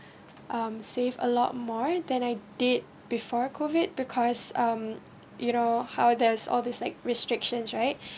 um save a lot more than I did before COVID because um you know how there's all these like restrictions right